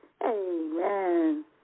Amen